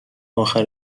اخر